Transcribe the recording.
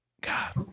god